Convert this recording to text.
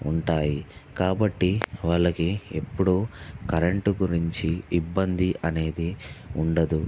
ఉంటాయి కాబట్టి వాళ్ళకి ఎప్పుడూ కరెంట్ గురించి ఇబ్బంది అనేది ఉండదు